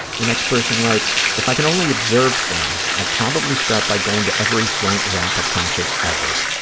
the next person writes, if i can only observe things, i'd probably start by going to every frank zappa concert ever,